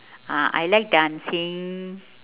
ah I like dancing